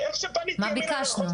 איך שפניתי -- מה ביקשנו?